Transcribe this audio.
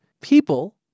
people